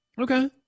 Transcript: Okay